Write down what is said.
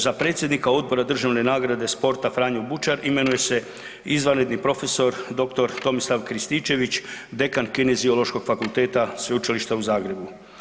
Za predsjednika Odbora državne nagrade sporta „Franjo Bučar“ imenuje se izvanredni prof.dr. Tomislav Krističević, dekan Kineziološkog fakulteta Sveučilišta u Zagrebu.